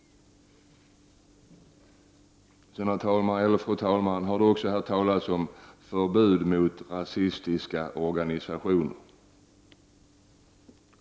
Fru talman! Det har också varit tal om förbud mot rasistiska organisationer.